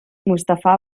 mustafà